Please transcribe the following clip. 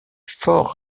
fort